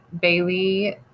Bailey